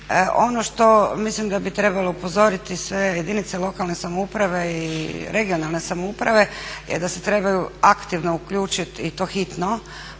Ono što mislim da bi trebalo upozoriti sve jedinice lokalne samouprave i regionalne samouprave je da se trebaju aktivno uključiti i to hitno,